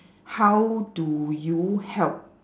how do you help